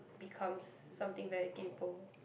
becomes something very kaypo